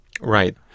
Right